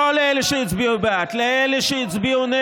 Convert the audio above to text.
לא לאלה שהצביעו בעד.